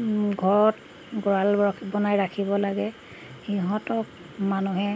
ঘৰত গঁৰাল বনাই ৰাখিব লাগে সিহঁতক মানুহে